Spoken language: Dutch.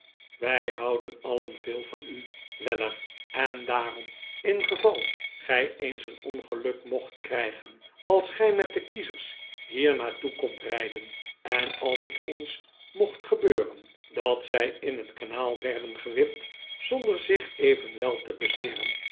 wij houden alien veel van u weller en daarom ingeval gij eens eenongeluk mocht krijgen als gij met de kiezers hier naar toe komt rijden en als het eens mocht gebeuren dat zij in het kanaal werden gewipt zonder zich evenwel te bezeeren